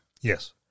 yes